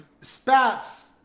spats